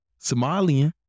Somalian